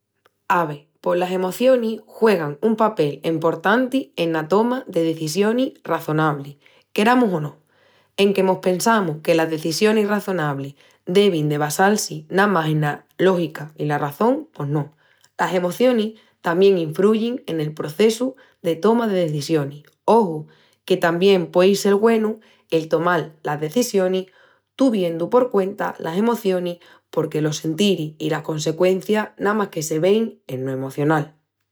Ave, pos las emocionis juegan un papel emportanti ena toma de decisionis razonablis, queramus o no. Enque mos pensamus que las decisionis razonablis devin de basal-si namás ena lógica i la razón, pos no, las emocionis tamién infruyin en el processu de toma de decisionis. Oju, que tamién puei sel güenu el tomal las decisionis tuviendu por cuenta las emocionis porque los sentiris i las conseqüencias namás que se vein eno emocional.